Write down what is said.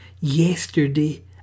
yesterday